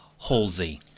Halsey